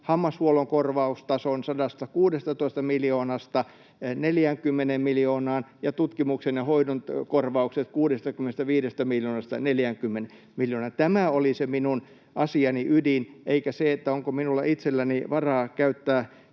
hammashuollon korvaustason 116 miljoonasta 40 miljoonaan ja tutkimuksen ja hoidon korvaukset 65 miljoonasta 40 miljoonaan. Tämä oli se minun asiani ydin, eikä se, onko minulla itselläni varaa käyttää